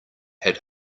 had